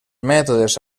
mètodes